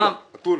הטונה.